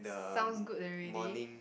sounds good already